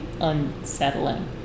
unsettling